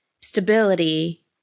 stability